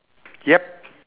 yup